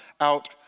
out